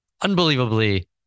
unbelievably